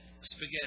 spaghetti